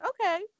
Okay